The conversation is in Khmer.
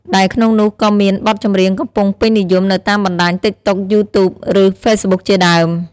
ដែលក្នុងនោះក៏មាន បទចម្រៀងកំពុងពេញនិយមនៅតាមបណ្តាញ TikTok, YouTube, ឬ Facebook ជាដើម។